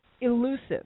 elusive